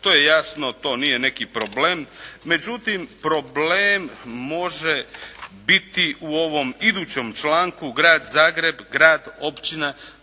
to je jasno, to nije neki problem. Međutim, problem može biti u ovom idućem članku. Grad Zagreb, grad, općina dužni